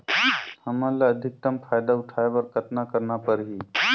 हमला अधिकतम फायदा उठाय बर कतना करना परही?